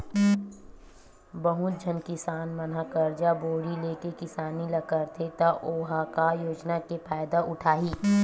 बहुत झन किसान मन ह करजा बोड़ी लेके किसानी ल करथे त ओ ह का योजना के फायदा उठाही